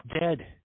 dead